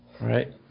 Right